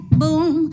boom